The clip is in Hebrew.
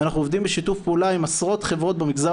ואנחנו עובדים בשיתוף פעולה עם עשרות חברות במגזר